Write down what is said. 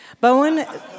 Bowen